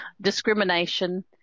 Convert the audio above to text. discrimination